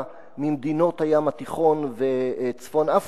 וההגירה ממדינות הים התיכון וצפון-אפריקה,